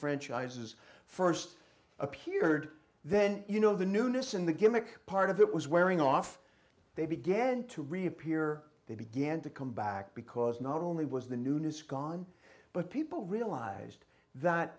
franchises st appeared then you know the newness and the gimmick part of it was wearing off they began to reappear they began to come back because not only was the newness gone but people realized that